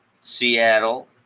Seattle